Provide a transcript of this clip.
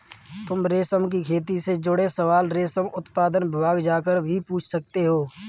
तुम रेशम की खेती से जुड़े सवाल रेशम उत्पादन विभाग जाकर भी पूछ सकते हो